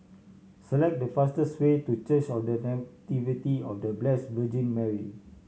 select the fastest way to Church of The Nativity of The Blessed Virgin Mary